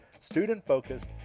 student-focused